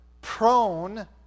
prone